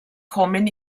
kommen